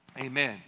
Amen